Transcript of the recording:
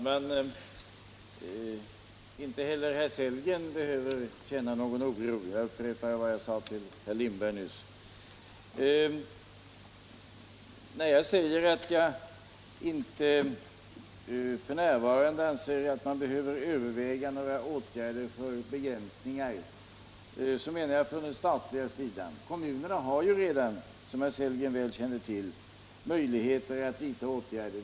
Herr talman! Inte heller herr Sellgren behöver känna någon oro — jag upprepar vad jag sade till herr Lindberg nyss. När jag säger att jag inte f. n. anser att man behöver överväga några åtgärder för begränsningar, så menar jag från den statliga sidan. Kommunerna har ju redan, som herr Sellgren väl känner till, möjligheter att vidta åtgärder.